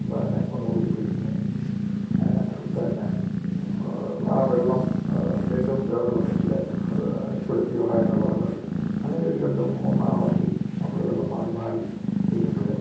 പിന്നെ ഒന്നു ഊരി പിഴിഞ്ഞു പിന്നെ ആ വെള്ളം വീണ്ടും വേറെ ഒരു ബക്കറ്റിൽ ചുട് പിയറായിട്ടുള്ള വെള്ളമെടുത്ത് അങ്ങനെ ഒരു രണ്ട് മൂന്ന് ആവർത്തി നമ്മൾ വെള്ളം മാറി മാറി ചെയ്യുമ്പോൾ